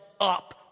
up